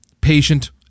patient